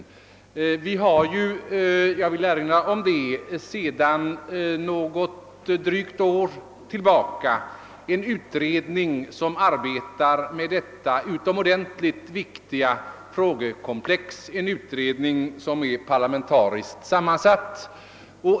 Jag vill erinra om att vi sedan drygt ett år tillbaka har en utredning som arbetar med detta utomordentligt viktiga frågekomplex, en utredning som är parlamentariskt sammansatt.